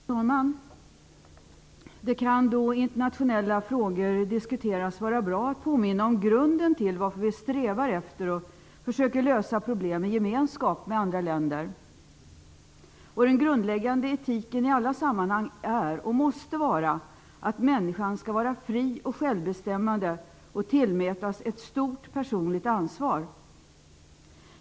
Fru talman! När man diskuterar internationella frågor kan det vara bra att påminna om grunden till varför vi strävar efter att söka lösa problemen i gemenskap med andra länder. Den grundläggande etiken i alla sammanhang är och måste vara att människan skall vara fri och självbestämmande och tillmätas ett stort personligt ansvar.